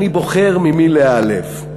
אני בוחר ממי להיעלב.